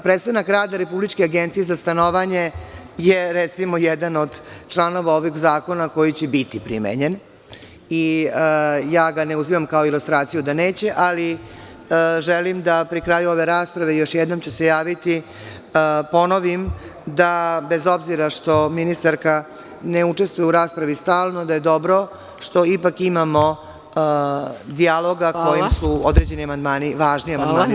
Prestanak rada Republičke agencije za stanovanje je, recimo, jedan od članova ovog zakona koji će biti primenjen i ne uzimam ga kao ilustraciju da neće, ali želim da pri kraju ove rasprave, još jednom ću se javiti, ponovim da bez obzira što ministarka ne učestvuje u raspravi stalno, da je dobro što ipak imamo dijaloga koji su određeni amadmani važni i amandmani prihvaćeni.